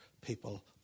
people